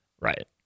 Right